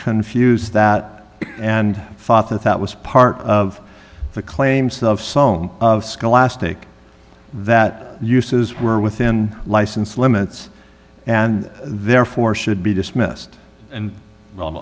confuse that and thought that that was part of the claims of sloan scholastic that uses were within license limits and therefore should be dismissed and